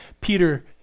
Peter